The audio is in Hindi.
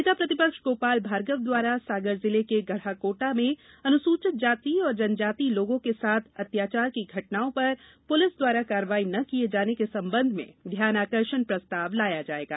नेता प्रतिपक्ष गोपाल भार्गव द्वारा सागर जिले के गढाकोटा में अनुसूचित जाति और जनजाति लोगों के साथ अत्याचार की घटनाओं पर पुलिस द्वारा कार्यवाही न किये जाने के संबंध में ध्यानाकर्षण प्रस्ताव लाया जायेगा